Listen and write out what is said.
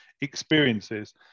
experiences